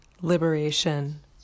liberation